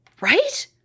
right